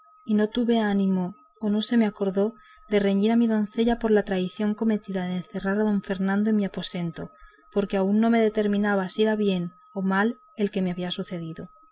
y no tuve ánimo o no se me acordó de reñir a mi doncella por la traición cometida de encerrar a don fernando en mi mismo aposento porque aún no me determinaba si era bien o mal el que me había sucedido